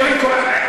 קודם כול,